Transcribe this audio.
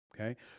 Okay